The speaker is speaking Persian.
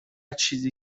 چیزی